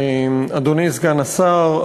אדוני סגן השר,